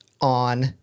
on